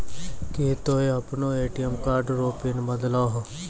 की तोय आपनो ATM card रो पिन बदलहो